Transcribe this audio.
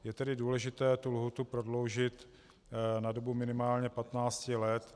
Je tedy důležité tu lhůtu prodloužit na dobu minimálně 15 let.